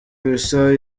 bisa